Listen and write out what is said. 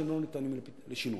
שהם לא ניתנים לשינוי.